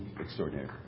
extraordinary